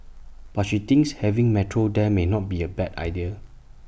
but she thinks having metro there may not be A bad idea